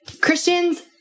Christians